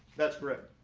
that's correct.